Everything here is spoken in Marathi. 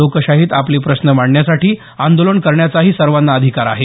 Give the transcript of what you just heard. लोकशाहीत आपले प्रश्न मांडण्यासाठी आंदोलन करण्याचाही सर्वांना अधिकार आहे